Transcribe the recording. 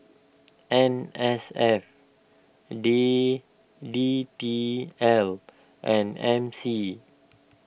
N S F D D T L and M C